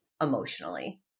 emotionally